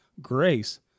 Grace